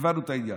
הבנו את העניין.